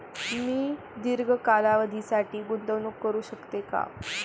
मी दीर्घ कालावधीसाठी गुंतवणूक करू शकते का?